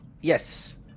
Yes